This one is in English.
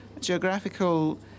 geographical